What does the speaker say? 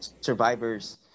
survivors